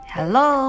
Hello，